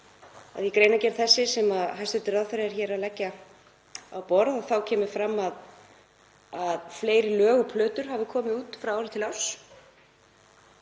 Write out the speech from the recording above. í greinargerð þessari sem hæstv. ráðherra er hér að leggja á borðið kemur fram að fleiri lög og plötur hafi komið út frá ári til árs